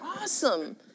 awesome